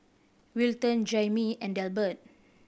Wilton Jayme and Delbert